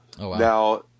Now